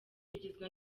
rigizwe